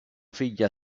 figlia